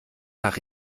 nach